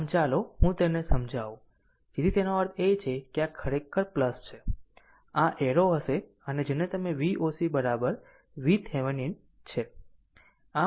આમ ચાલો હું તેને સમજાવું જેથી તેનો અર્થ એ છે કે આ ખરેખર છે આમ આ એરો હશે અને જેને તમે Voc VThevenin છે